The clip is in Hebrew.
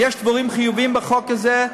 יש דברים חיוביים בחוק הזה.